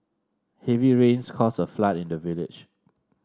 heavy rains caused a flood in the village